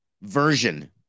version